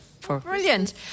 Brilliant